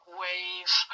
wave